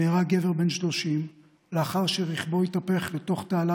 נהרג גבר בן 30 לאחר שרכבו התהפך לתוך תעלה